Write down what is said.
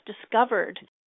discovered